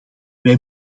wij